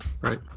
Right